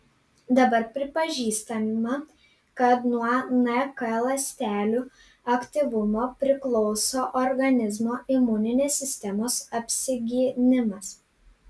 dabar pripažįstama kad nuo nk ląstelių aktyvumo priklauso organizmo imuninės sistemos apsigynimas